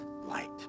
light